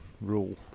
rule